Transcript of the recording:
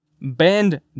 bend